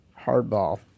hardball